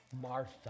martha